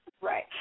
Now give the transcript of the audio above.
right